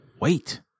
wait